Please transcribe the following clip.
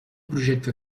projecte